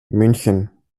münchen